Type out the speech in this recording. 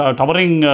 towering